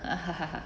ah